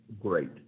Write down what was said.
great